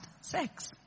sex